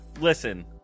Listen